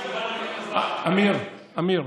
אמיר, אמיר,